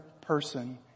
person